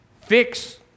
fix